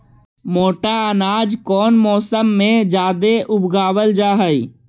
मोटा अनाज कौन मौसम में जादे उगावल जा हई?